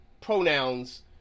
pronouns